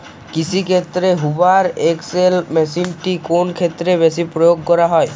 কৃষিক্ষেত্রে Hoover XL মেশিনটি কোন ক্ষেত্রে বেশি প্রয়োগ করা হয়?